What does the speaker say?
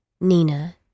Nina